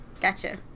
Gotcha